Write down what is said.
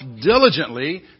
diligently